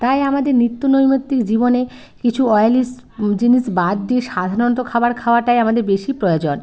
তাই আমাদের নিত্য নৈমিত্তিক জীবনে কিছু অয়েলি জিনিস বাদ দিয়ে সাধারণত খাবার খাওয়াটাই আমাদের বেশি প্রয়োজন